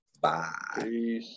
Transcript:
bye